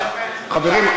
חברים,